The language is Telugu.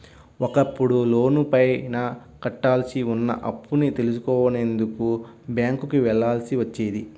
ఒకప్పుడు లోనుపైన కట్టాల్సి ఉన్న అప్పుని తెలుసుకునేందుకు బ్యేంకుకి వెళ్ళాల్సి వచ్చేది